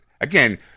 again